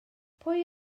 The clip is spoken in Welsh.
pwy